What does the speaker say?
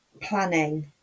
planning